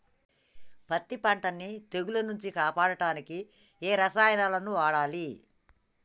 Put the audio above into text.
పత్తి పంటని తెగుల నుంచి కాపాడడానికి ఏ రసాయనాలను వాడాలి?